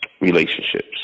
relationships